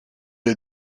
est